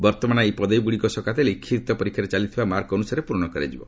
ବର୍ତ୍ତମାନ ଏହି ପଦବୀଗୁଡ଼ିକ ସକାଶେ ଲିଖିତ ପରୀକ୍ଷାରେ ମିଳିଥିବା ମାର୍କ ଅନୁସାରେ ପୂରଣ କରାଯିବ